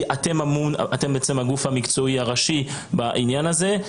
אתם הגוף המקצועי הראשי בעניין הזה.